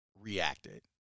reacted